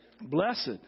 blessed